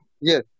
Yes